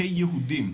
כיהודים.